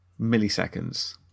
milliseconds